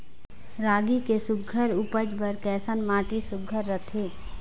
रागी के सुघ्घर उपज बर कैसन माटी सुघ्घर रथे?